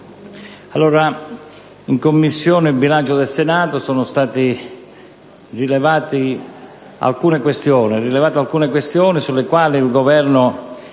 in Commissione bilancio del Senato sono state rilevate alcune questioni sulle quali il Governo